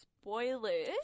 spoilers